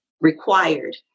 required